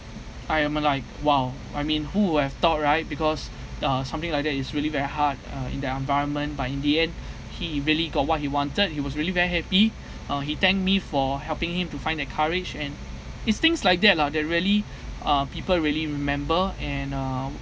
I am a like !wow! I mean who would have thought right because uh something like that it's really very hard uh in the environment but in the end he really got what he wanted he was really very happy uh he thanked me for helping him to find that courage and it's things like that lah that really uh people really remember and uh